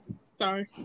Sorry